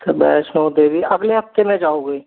वैष्णो देवी अगले हफ्ते में जाओगे